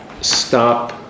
stop